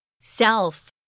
Self